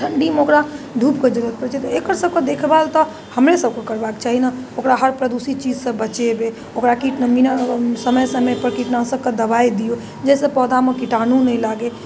ठण्डीमे ओकरा धूपके जरूरत पड़ै छै तऽ एकर सबके देखभाल तऽ हमरे सबके करबाक चाही ने ओकरा हर प्रदूषित चीजसँ बचेबै ओकरा समय समयपर कीटनाशक दवाइ दिऔ जाहिसँ पौधामे कीटाणु नहि लागै